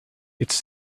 it’s